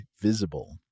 Visible